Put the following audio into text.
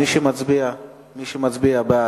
מי שמצביע בעד,